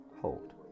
Hold